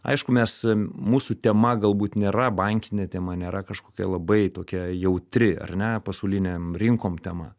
aišku mes mūsų tema galbūt nėra bankinė tema nėra kažkokia labai tokia jautri ar ne pasaulinėm rinkom tema